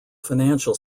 financial